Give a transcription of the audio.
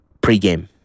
pre-game